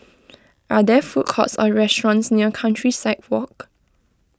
are there food courts or restaurants near Countryside Walk